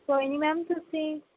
ਕੋਈ ਨਹੀਂ ਮੈਮ ਤੁਸੀਂ